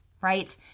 right